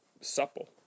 supple